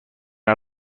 out